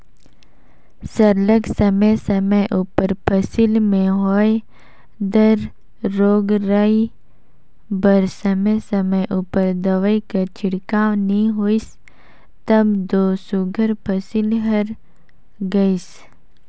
सरलग समे समे उपर फसिल में होए दार रोग राई बर समे समे उपर दवई कर छिड़काव नी होइस तब दो सुग्घर फसिल हर गइस